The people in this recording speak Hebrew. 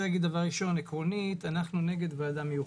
דבר ראשון, עקרונית אנחנו נגד ועדה מיוחדת.